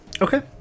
okay